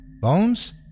Bones